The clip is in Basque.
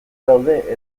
daude